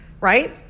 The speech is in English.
right